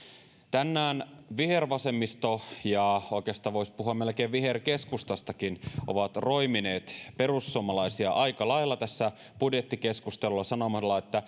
tänään vihervasemmisto ja oikeastaan voisi sanoa melkein viherkeskustakin ovat roimineet perussuomalaisia aika lailla tässä budjettikeskustelussa sanomalla